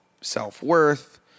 self-worth